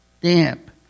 damp